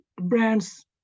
brands